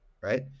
right